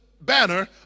banner